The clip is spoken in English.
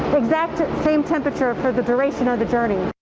same temperature for the duration of the journey.